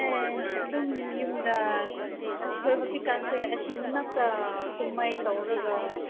ꯑꯦ ꯑꯗꯨꯝ ꯌꯨꯝꯗ ꯑꯩꯈꯣꯏ ꯍꯧꯖꯤꯛꯀꯥꯟꯁꯦ ꯑꯁꯤꯒꯤ ꯃꯅꯥꯛꯇ ꯀꯨꯝꯍꯩ ꯇꯧꯔꯒ